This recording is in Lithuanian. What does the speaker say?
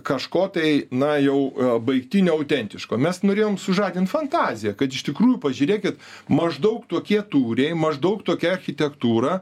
kažko tai na jau baigtinio autentiško mes norėjom sužadint fantaziją kad iš tikrųjų pažiūrėkit maždaug tokie tūriai maždaug tokia architektūra